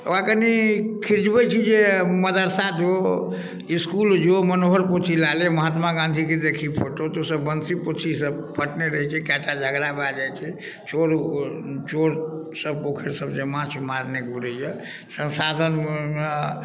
ओकरा कनी खीजबै छी जे मदरसा जो इस्कुल जो मनोहर पोथी लै लेल महात्मा गाँधीके देखही फोटो तोँसभ बंसी पोथीसँ पथने रहै छेँ कए टा झगड़ा भए जाइ छै चोर चोरसभ पोखरि सभ जे माछ मारने घूरैए संसाधन